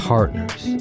Partners